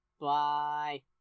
Bye